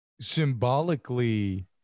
symbolically